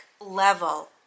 level